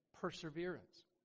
Perseverance